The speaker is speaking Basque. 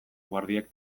guardiek